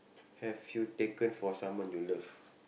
have you taken for someone you love